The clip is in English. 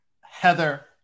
Heather